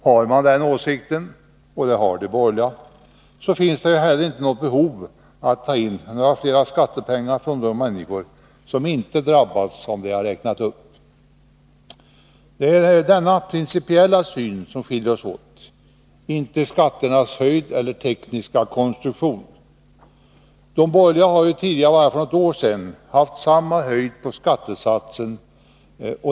Har man den åsikten, och det har de borgerliga, finns det heller inte något behov av att ta in några fler skattepengar från de människor som inte drabbas av det jag har räknat Det är denna principiella syn som skiljer oss åt, inte skatternas höjd eller tekniska konstruktion. De borgerliga har ju tidigare, för bara något år sedan, haft samma höjd på skattesatsen.